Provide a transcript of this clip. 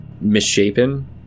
misshapen